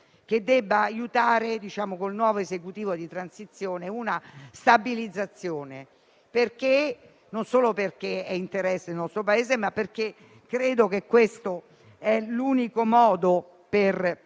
che debba aiutare, col nuovo esecutivo di transizione, una stabilizzazione: non solo perché questo è l'interesse del nostro Paese, ma perché questo è l'unico modo per